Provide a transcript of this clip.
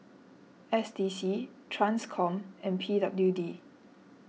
S D C Transcom and P W D